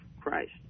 Christ